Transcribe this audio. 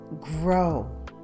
grow